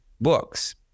books